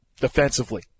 defensively